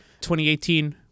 2018